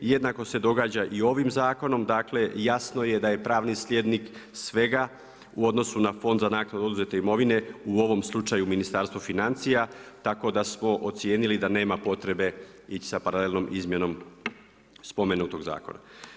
Jednako se događa i ovim zakonom, dakle jasno je da je pravni slijednik svega u odnosu na Fond za naknadu oduzete imovine u ovom slučaju Ministarstvo financija tako da smo ocijenili da nema potrebe ići sa paralelnom izmjenom spomenutog zakona.